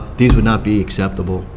these would not be acceptable.